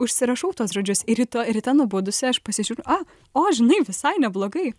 užsirašau tuos žodžius ir rytoj rytą nubudusi aš pasižiūriu a o žinai visai neblogai